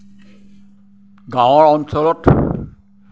গাঁৱৰ অঞ্চলত